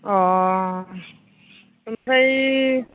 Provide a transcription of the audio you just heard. अ ओमफ्राय